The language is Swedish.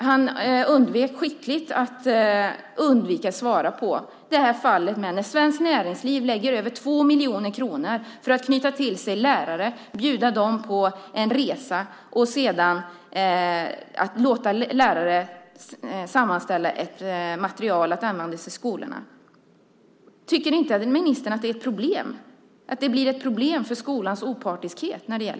Han undvek skickligt att svara på frågan om när Svenskt Näringsliv lägger över 2 miljoner kronor på att knyta till sig lärare och bjuda dem på en resa och låta dem sammanställa ett material att användas i skolorna. Tycker inte ministern att det blir ett problem för skolans opartiskhet?